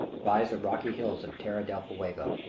rise the rocky hills of terra del fuego.